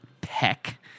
Peck